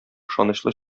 ышанычлы